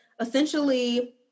essentially